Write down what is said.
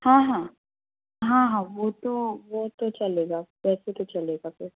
हाँ हाँ हाँ हाँ वो तो वो तो चलेगा वैसे तो चलेगा फिर